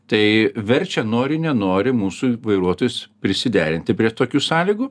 tai verčia nori nenori mūsų vairuotojus prisiderinti prie tokių sąlygų